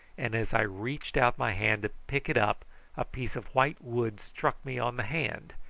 and as i reached out my hand to pick it up a piece of white wood struck me on the hand,